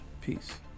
Peace